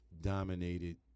dominated